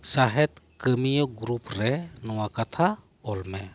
ᱥᱚᱦᱮᱫ ᱠᱟᱹᱢᱤᱭᱟᱹ ᱜᱨᱩᱯ ᱨᱮ ᱱᱚᱣᱟ ᱠᱟᱛᱷᱟ ᱚᱞ ᱢᱮ